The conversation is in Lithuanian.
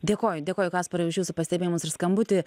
dėkoju dėkoju kasparai už jūsų pastebėjimus ir skambutį